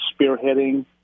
spearheading